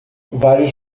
vários